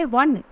one